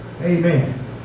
Amen